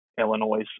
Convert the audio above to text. Illinois